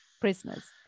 prisoners